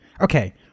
Okay